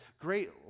great